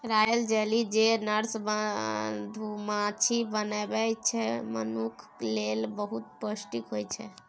royal jelly जे nurse मधुमाछी बनबै छै मनुखक लेल बहुत पौष्टिक होइ छै